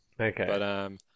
Okay